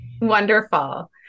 Wonderful